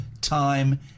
time